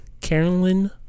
carolyn